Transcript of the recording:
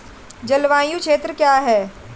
जलवायु क्षेत्र क्या है?